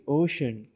ocean